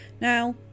now